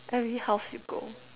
every house you go